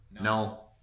No